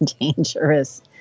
dangerous